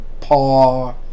paw